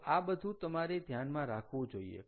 તો આ બધું તમારે ધ્યાનમાં રાખવું જોઈએ